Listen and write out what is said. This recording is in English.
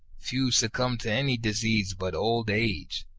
few succumb to any disease but old age.